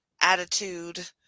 attitude